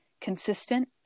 consistent